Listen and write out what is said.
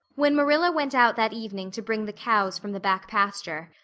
when marilla went out that evening to bring the cows from the back pasture,